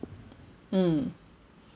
mm